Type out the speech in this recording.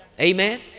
Amen